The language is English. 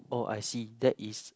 oh I see that is